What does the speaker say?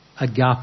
agape